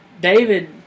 David